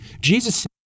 Jesus